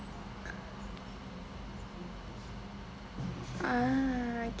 ah